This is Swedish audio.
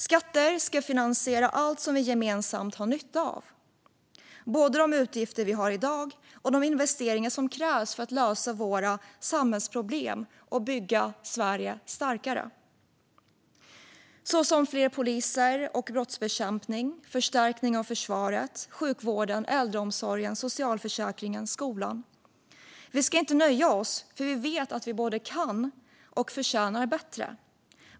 Skatter ska finansiera allt som vi gemensamt har nytta av, både de utgifter vi har i dag och de investeringar som krävs för att lösa våra samhällsproblem och bygga Sverige starkare. Det handlar om fler poliser och effektivare brottsbekämpning, förstärkning av försvaret, sjukvården, äldreomsorgen, socialförsäkringen och skolan. Vi ska inte nöja oss, för vi vet att vi både kan och förtjänar bättre.